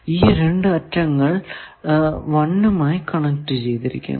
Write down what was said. ഈ രണ്ടു അറ്റങ്ങൾ 1 മായി കണക്ട് ചെയ്തിരിക്കുന്നു